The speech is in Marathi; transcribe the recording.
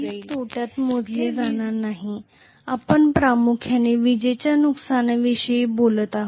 हे वीज तोट्यात मोजले जाणार नाही आपण प्रामुख्याने विजेच्या नुकसानीविषयी बोलत आहोत